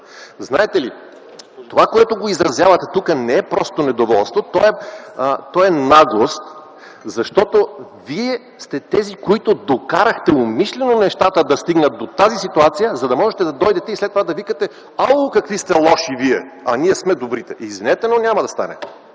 Знаете ли, това, което изразявате тук, не е просто недоволство, то е наглост. Защото вие сте тези, които докарахте умишлено нещата да стигнат до тази ситуация, за да можете да дойдете след това и да викате: „Ау-у-у, какви сте лоши вие, а ние сме добрите!”. Извинете, но няма да стане.